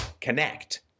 connect